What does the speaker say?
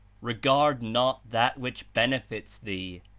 regard not that which benefits thee,